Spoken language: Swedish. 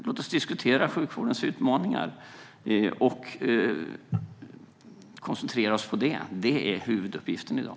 Låt oss diskutera sjukvårdens utmaningar och koncentrera oss på det! Det är huvuduppgiften i dag.